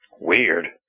Weird